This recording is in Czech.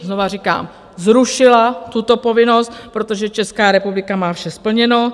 Znovu říkám zrušila tuto povinnost, protože Česká republika má vše splněno.